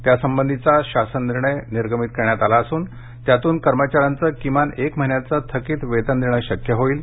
त्यासंबधीचा शासन निर्णय निर्गमित करण्यात आला असून त्यातून कर्मचाऱ्याचं किमान एक महिन्याचं थकित वेतन देणं शक्य होईल